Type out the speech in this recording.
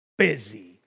busy